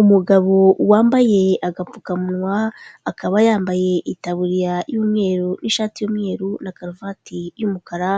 Umugabo wambaye agapfukamunwa akaba yambaye itaburiya y'umweru n'ishati y'umweru na karuvati y'umukara